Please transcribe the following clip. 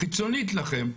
חיצונית לכם.